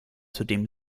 zudem